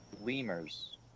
lemurs